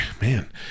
man